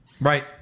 right